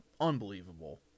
unbelievable